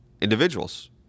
individuals